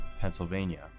Pennsylvania